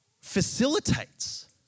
facilitates